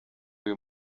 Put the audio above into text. uyu